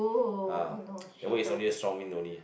ah that one is only a strong wind only